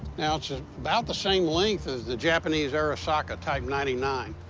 now it's and about the same length as the japanese arisaka type ninety nine,